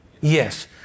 yes